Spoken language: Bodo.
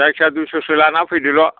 जायखिजाया दुयस' सो लाना फैदोल'